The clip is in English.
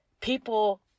people